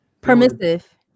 Permissive